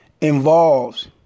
involves